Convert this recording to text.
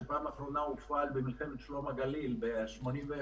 שהופעל בפעם האחרונה במלחמת שלום הגליל ב-82'.